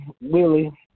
Willie